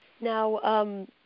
Now